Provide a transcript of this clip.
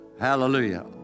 hallelujah